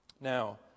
Now